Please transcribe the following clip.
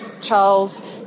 Charles